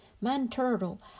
man-turtle